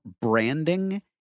branding